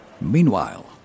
Meanwhile